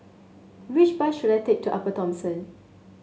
which bus should I take to Upper Thomson